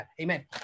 Amen